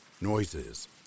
Noises